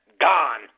gone